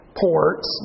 ports